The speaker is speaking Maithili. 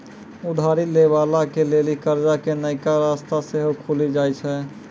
उधारी लै बाला के लेली कर्जा के नयका रस्ता सेहो खुलि जाय छै